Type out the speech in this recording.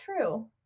true